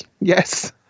Yes